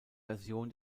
version